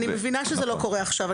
אני מבינה שזה לא קורה עכשיו,